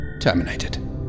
Terminated